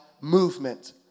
movement